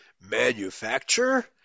manufacture